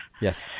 Yes